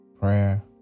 prayer